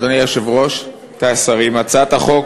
אדוני היושב-ראש, רבותי השרים, הצעת החוק